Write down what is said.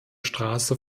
straße